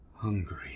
hungry